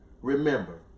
remember